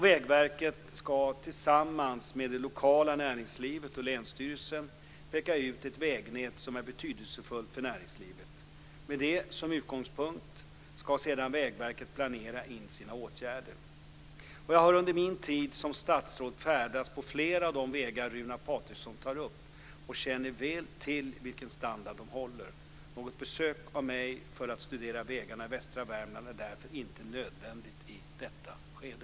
Vägverket ska tillsammans med det lokala näringslivet och länsstyrelsen peka ut ett vägnät som är betydelsefullt för näringslivet. Med det som utgångspunkt ska sedan Vägverket planera in sina åtgärder. Jag har under min tid som statsråd färdats på flera av de vägar Runar Patriksson tar upp och känner väl till vilken standard de håller. Något besök av mig för att studera vägarna i västra Värmland är därför inte nödvändigt i detta skede.